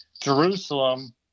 Jerusalem